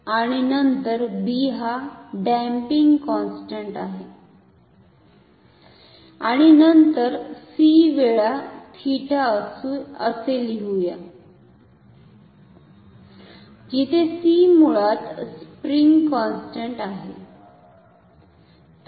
आणि नंतर b हा डम्पिंग कॉन्स्टंट आहे आणि नंतर c वेळा 𝜃 असे लिहुया जिथे c मुळात स्प्रिंग कॉन्स्टंट आहे